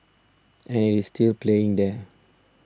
and it is still playing there